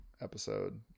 episode